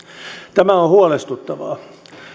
tämä on huolestuttavaa